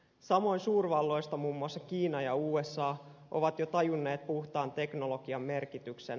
samoin suurvalloista muun muassa kiina ja usa ovat jo tajunneet puhtaan teknologian merkityksen